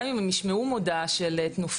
גם אם הם ישמעו מודעה של תנופה,